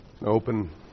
Open